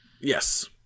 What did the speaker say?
Yes